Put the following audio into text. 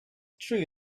true